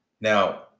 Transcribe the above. Now